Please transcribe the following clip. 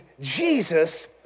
Jesus